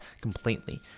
completely